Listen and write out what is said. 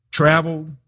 Traveled